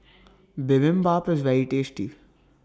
Bibimbap IS very tasty